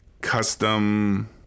custom